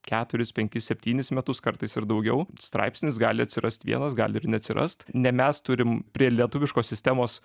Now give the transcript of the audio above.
keturis penkis septynis metus kartais ir daugiau straipsnis gali atsirast vienas gali ir neatsirast ne mes turim prie lietuviškos sistemos